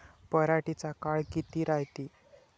पराटीचा काळ किती रायते?